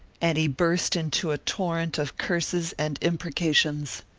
and he burst into a torrent of curses and imprecations.